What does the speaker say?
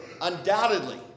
undoubtedly